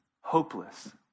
hopeless